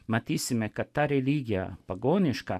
matysime kad ta religija pagoniška